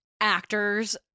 actors